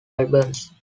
albums